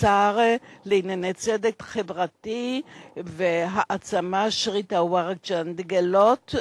השר לענייני צדק חברתי והעצמה מר תאוור צ'נד גהלוט,